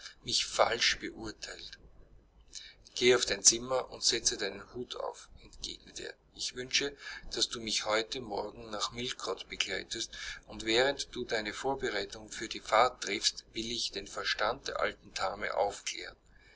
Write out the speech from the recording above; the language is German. mich falsch beurteilt geh auf dein zimmer und setze deinen hut auf entgegnete er ich wünsche daß du mich heute morgen nach millcote begleitest und während du deine vorbereitungen für die fahrt triffst will ich den verstand der alten dame aufklären